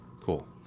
Cool